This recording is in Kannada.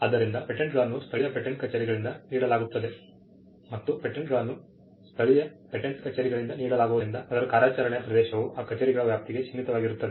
ಆದ್ದರಿಂದ ಪೇಟೆಂಟ್ಗಳನ್ನು ಸ್ಥಳೀಯ ಪೇಟೆಂಟ್ ಕಚೇರಿಗಳಿಂದ ನೀಡಲಾಗುತ್ತದೆ ಮತ್ತು ಪೇಟೆಂಟ್ಗಳನ್ನು ಸ್ಥಳೀಯ ಪೇಟೆಂಟ್ ಕಚೇರಿಗಳಿಂದ ನೀಡಲಾಗುವುದರಿಂದ ಅದರ ಕಾರ್ಯಾಚರಣೆಯ ಪ್ರದೇಶವು ಆ ಕಚೇರಿಗಳ ವ್ಯಾಪ್ತಿಗೆ ಸೀಮಿತವಾಗಿರುತ್ತದೆ